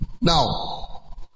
Now